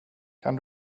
kan